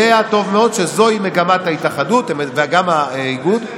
יודע טוב מאוד שזוהי מגמת ההתאחדות וגם האיגוד.